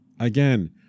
Again